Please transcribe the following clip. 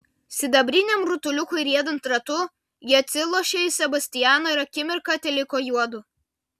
sidabriniam rutuliukui riedant ratu ji atsilošė į sebastianą ir akimirką teliko juodu